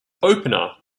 opener